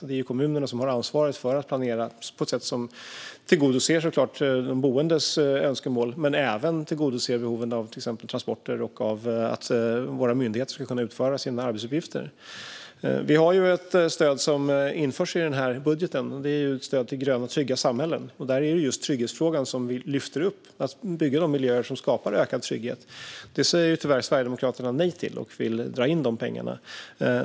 Det är kommunerna som har ansvar för att planera på ett sätt som tillgodoser de boendes önskemål men även behoven av transporter och av att våra myndigheter ska kunna utföra sina arbetsuppgifter. Vi har ett stöd som införs i budgeten, och det är stödet till gröna, trygga samhällen. Där lyfter vi upp just trygghetsfrågan och att bygga miljöer som skapar ökad trygghet. Sverigedemokraterna säger tyvärr nej till detta och vill dra in de pengarna.